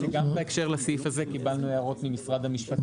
שגם בהקשר לסעיף הזה קיבלנו ערות ממשרד המשפטים,